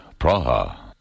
Praha